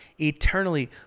eternally